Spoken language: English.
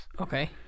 Okay